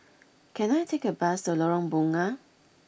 can I take a bus to Lorong Bunga